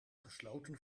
gesloten